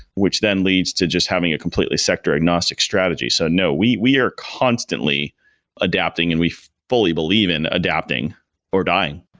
which then leads to just having a completely sector-agnostic strategy. so, no. we we are constantly adapting and we fully believe in adapting or dying.